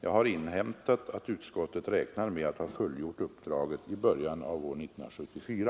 Jag har inhämtat att utskottet räknar med att ha fullgjort uppdraget i början av år 1974.